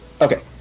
Okay